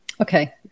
Okay